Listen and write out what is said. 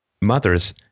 Mothers